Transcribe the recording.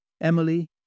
Emily